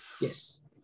Yes